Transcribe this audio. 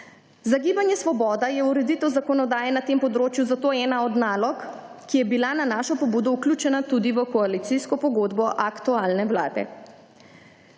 Za Gibanje Svoboda je ureditev zakonodaje na tem področju zato ena od nalog, ki je bila na našo pobudo vključena tudi v koalicijsko pogodbo aktualne vlade.